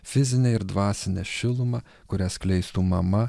fizine ir dvasine šiluma kuria skleistų mama